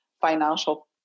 financial